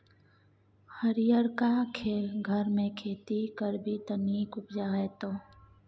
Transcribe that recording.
हरियरका घरमे खेती करभी त नीक उपजा हेतौ